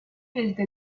desde